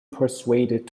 persuaded